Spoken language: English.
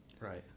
Right